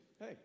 Hey